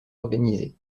organisés